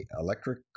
Electric